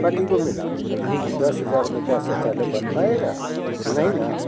party को मिला उ दस हज़ार में शौचालय बन पाएगा नहीं न